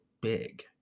big